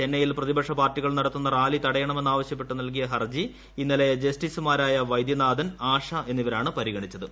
ചെന്നൈയിൽ പ്രതിപക്ഷ പാർട്ടികൾ നടത്തുന്ന റാലി തടയണമെന്ന് ആവശ്യപ്പെട്ട് നൽകിയ ഹർജി ഇന്നലെ ജസ്റ്റിസുമാരായ വൈദ്യനാഥൻ ആഷ എന്നിവരാണ് പരിഗണിച്ചത്